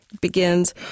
Begins